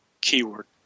keyword